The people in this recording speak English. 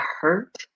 hurt